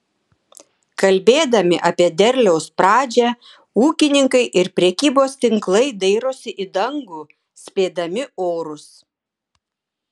kalbėdami apie derliaus pradžią ūkininkai ir prekybos tinklai dairosi į dangų spėdami orus